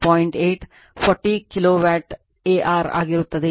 8 40 kVAr ಆಗಿರುತ್ತದೆ